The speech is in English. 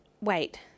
wait